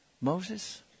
Moses